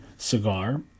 cigar